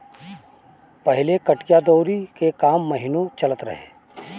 पहिले कटिया दवरी के काम महिनो चलत रहे